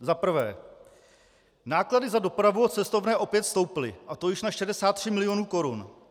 Za prvé: Náklady za dopravu a cestovné opět stouply, a to již na 63 milionů korun.